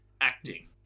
acting